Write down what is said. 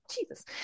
Jesus